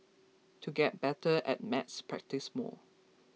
to get better at maths practise more